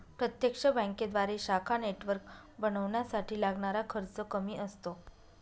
प्रत्यक्ष बँकेद्वारे शाखा नेटवर्क बनवण्यासाठी लागणारा खर्च कमी असतो